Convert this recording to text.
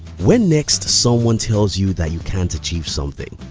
when next someone tells you that you can't achieve something,